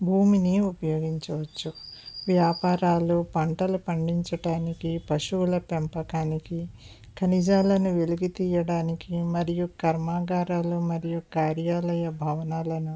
భూమిని ఉపయోగించవచ్చు వ్యాపారాలు పంటలు పండించడానికి పశువుల పెంపకానికి ఖనిజాలను వెలికి తీయడానికి మరియు కర్మాగారాలు మరియు కార్యాలయ భవనాలను